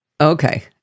Okay